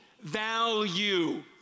value